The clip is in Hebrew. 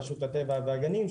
רשות הטבע והגנים,